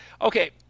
Okay